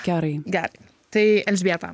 kerai gerai tai elžbieta